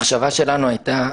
המחשבה שלנו הייתה,